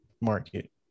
market